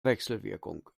wechselwirkung